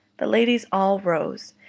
the ladies all rose,